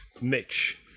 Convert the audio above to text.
Mitch